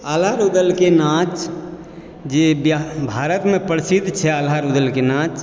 आल्हा रुदलके नाँच जे भारतमे प्रसिद्ध छै आल्हा रुदलके नाँच